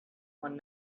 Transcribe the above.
one